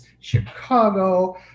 Chicago